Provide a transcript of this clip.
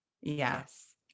Yes